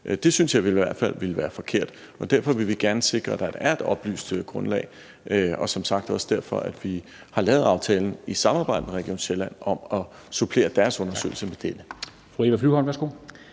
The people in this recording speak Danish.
Det synes jeg i hvert fald ville være forkert, og derfor vil vi gerne sikre, at der er et oplyst grundlag, og det er som sagt også derfor, at vi har lavet aftalen i samarbejde med Region Sjælland om at supplere deres undersøgelse med dette.